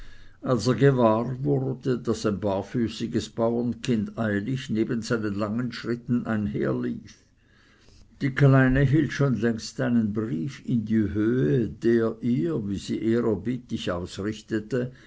er gewahr wurde daß ein barfüßiges bauerkind eilig neben seinen langen schritten einherlief die kleine hielt schon längst einen brief in die höhe der ihr wie sie ehrerbietig ausrichtete